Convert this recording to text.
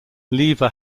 lever